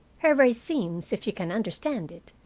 her very seams, if you can understand it,